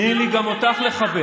תני לי גם אותך לחבק.